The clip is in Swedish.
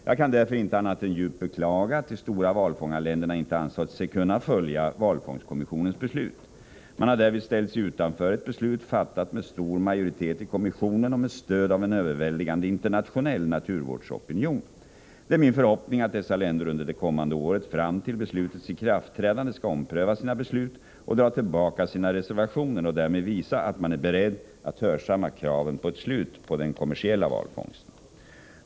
Jag kan därför inte annat än djupt beklaga att de stora valfångarländerna inte ansett sig kunna följa valfångstkommissionens beslut. Man har därvid ställt sig utanför ett beslut, fattat med stor majoritet i kommissionen och med stöd av en överväldigande internationell naturvårdsopinion. Det är min förhoppning att dessa länder under det kommande året fram till beslutets = Nr 78 ikraftträdande skall ompröva sina beslut och dra tillbaka sina reservationer Fredagen den och därmed visa att man är beredd att hörsamma kraven på ett slut på den — 2 februari 1985 kommersiella valfångsten.